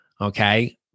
okay